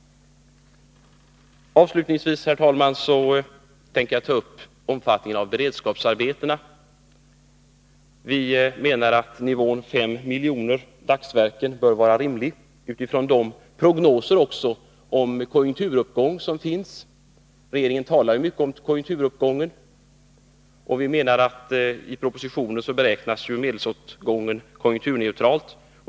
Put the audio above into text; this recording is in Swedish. Avslutningsvis, herr talman, tänker jag ta upp omfattningen av beredskapsarbetena. Vi menar att nivån 5 miljoner dagsverken är rimlig, inte minst mot bakgrund av de prognoser om en konjunkturuppgång som finns. Regeringen talar också mycket om konjunkturuppgången. I propositionen beräknas medelsåtgången konjunkturneutralt.